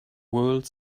world